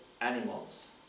animals